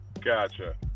Gotcha